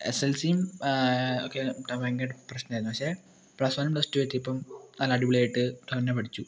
S S L C ഒക്കെ ഭയങ്കര പ്രശ്നമായിരുന്നു പക്ഷേ പ്ലസ് വൺ പ്ലസ് ടു എത്തിയപ്പം നല്ല അടിപൊളിയായിട്ട് തന്നെ പഠിച്ചു